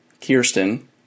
Kirsten